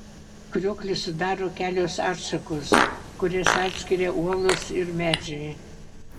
krioklį sudaro kelios atšakos kurias atskiria uolos ir medžiai